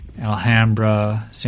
Alhambra